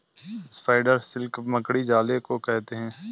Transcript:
spider silk मकड़ी जाले को कहते हैं